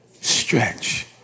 Stretch